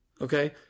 Okay